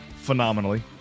phenomenally